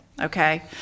Okay